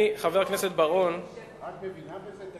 את מבינה בזה?